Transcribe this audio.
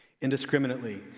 Indiscriminately